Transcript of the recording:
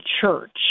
Church